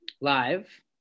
live